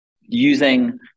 using